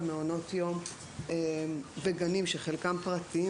על מעונות יום וגנים שחלקם פרטיים,